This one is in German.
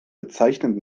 bezeichnet